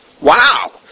Wow